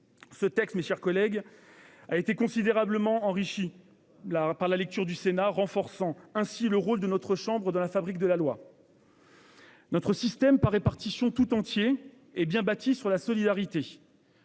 Ce texte, mes chers collègues, a été considérablement enrichi par le Sénat, ce qui renforce le rôle de notre chambre dans la fabrique de la loi. Notre système par répartition tout entier est bien bâti sur la solidarité